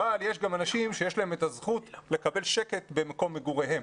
אבל יש גם אנשים שיש להם את הזכות לקבל שקט במקום מגוריהם